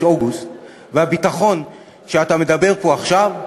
אוגוסט והביטחון שאתה מדבר פה עכשיו,